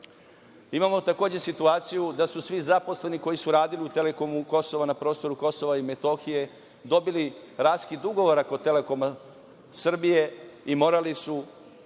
takođe situaciju da su svi zaposleni koji su radili u „Telekomu Kosova“ na prostoru KiM dobili raskid ugovora kod „Telekoma Srbije“ i morali su